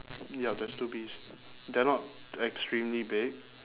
yup there's two bees they are not extremely big